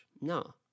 No